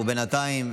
ובינתיים,